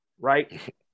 Right